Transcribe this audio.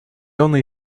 only